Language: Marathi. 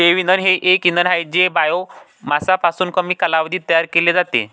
जैवइंधन हे एक इंधन आहे जे बायोमासपासून कमी कालावधीत तयार केले जाते